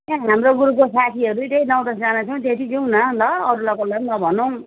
हाम्रो ग्रुपको साथीहरू त्यही नौ दसजना छौँ त्यति जाऔँ न ल अरूलाई कसैलाई नि नभनौँ